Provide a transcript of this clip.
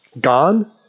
gone